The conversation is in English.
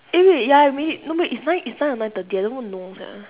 eh wait ya wait no wait it's nine it's nine or nine thirty I don't even know sia